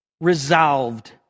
Resolved